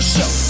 Show